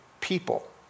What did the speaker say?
people